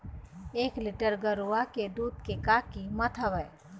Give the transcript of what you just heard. एक लीटर गरवा के दूध के का कीमत हवए?